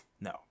no